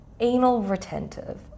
anal-retentive